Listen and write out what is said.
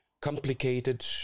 complicated